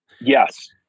Yes